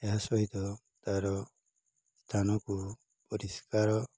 ଏହା ସହିତ ତା'ର ସ୍ଥାନକୁ ପରିଷ୍କାର